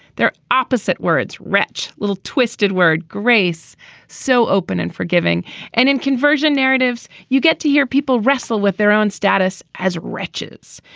their opposite words wretch little twisted word grace so open and forgiving and in conversion narratives you get to hear people wrestle with their own status as wretches.